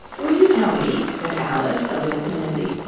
would you tell me said alice, a little timidly,